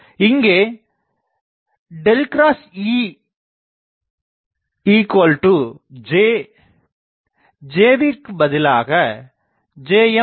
இங்கே ᐁEJ Jவிற்குப் பதிலாகJm